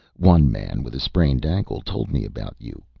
one man with a sprained ankle told me about you.